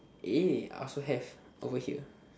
eh I also have over here